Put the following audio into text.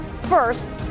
First